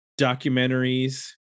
documentaries